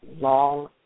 long